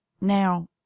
Now